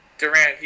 Durant